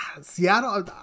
Seattle